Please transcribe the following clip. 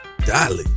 Dolly